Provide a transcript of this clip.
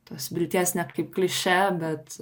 tos vilties ne kaip kliše bet